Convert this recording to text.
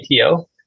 ATO